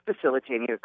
facilitating